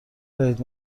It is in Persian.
دارید